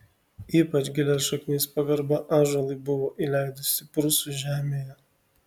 ypač gilias šaknis pagarba ąžuolui buvo įleidusi prūsų žemėje